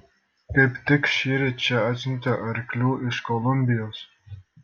kaip tik šįryt čia atsiuntė arklių iš kolumbijos